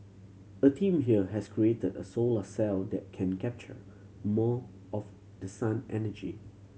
a team here has created a solar cell that can capture more of the sun energy